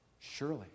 Surely